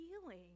healing